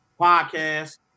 podcast